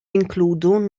jinkludu